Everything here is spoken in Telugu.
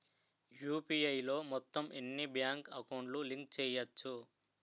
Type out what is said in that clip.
యు.పి.ఐ లో మొత్తం ఎన్ని బ్యాంక్ అకౌంట్ లు లింక్ చేయచ్చు?